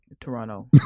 Toronto